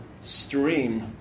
stream